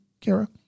Kara